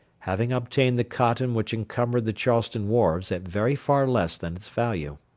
having obtained the cotton which encumbered the charleston wharves at very far less than its value.